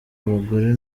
abagore